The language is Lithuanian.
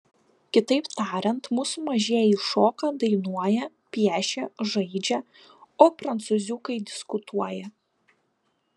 kitaip tariant mūsų mažieji šoka dainuoja piešia žaidžia o prancūziukai diskutuoja